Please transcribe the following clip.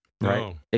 right